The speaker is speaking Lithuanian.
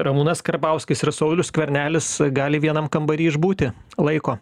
ramūnas karbauskis ir saulius skvernelis gali vienam kambary išbūti laiko